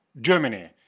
Germany